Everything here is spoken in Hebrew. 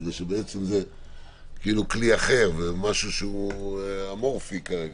כי זה כאילו כלי אחר ומשהו שהוא אמורפי כרגע.